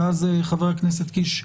ואז חבר הכנסת קיש,